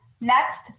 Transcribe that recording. Next